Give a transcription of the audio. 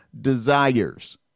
desires